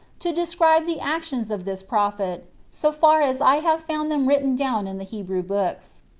to describe the actions of this prophet, so far as i have found them written down in the hebrew books.